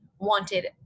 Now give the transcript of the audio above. wanted